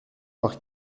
par